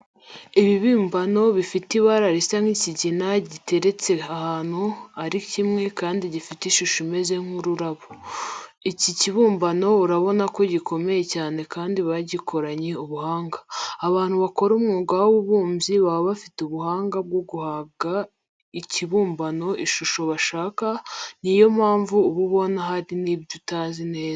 Ikibumbano gifite ibara risa nk'ikigina giteretse ahantu ari kimwe kandi gifite ishusho imeze nk'ururabo. Iki kibumbano urabona ko gikomeye cyane kandi bagikoranye ubuhanga. Abantu bakora umwuga w'ububumbyi baba bafite ubuhanga bwo guha ikibumbano ishusho bashaka, ni yo mpamvu uba ubona hari n'ibyo utazi neza.